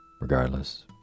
Regardless